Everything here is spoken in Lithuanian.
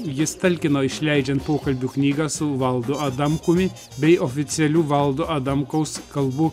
jis talkino išleidžiant pokalbių knygą su valdu adamkumi bei oficialių valdo adamkaus kalbų